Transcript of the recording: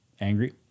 angry